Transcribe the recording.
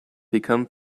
become